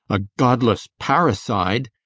a godless parricide,